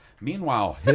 Meanwhile